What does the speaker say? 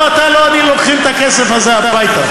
לא אתה ולא אני לוקחים את הכסף הזה הביתה.